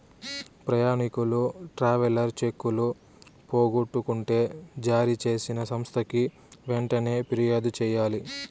ప్రయాణికులు ట్రావెలర్ చెక్కులు పోగొట్టుకుంటే జారీ చేసిన సంస్థకి వెంటనే ఫిర్యాదు చెయ్యాలి